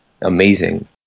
amazing